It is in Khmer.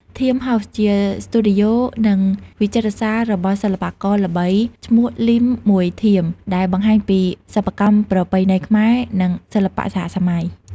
ធៀមស៍ ហោស៍ ជាស្ទូឌីយោ និងវិចិត្រសាលរបស់សិល្បករល្បី ឈ្មោះ លីម មួយធៀម ដែលបង្ហាញពីសិប្បកម្មប្រពៃណីខ្មែរ និងសិល្បៈសហសម័យ។